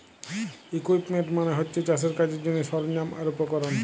equipment মানে হচ্ছে চাষের কাজের জন্যে সরঞ্জাম আর উপকরণ